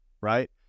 right